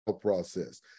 process